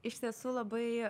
iš tiesų labai